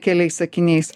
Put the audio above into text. keliais sakiniais